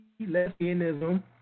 lesbianism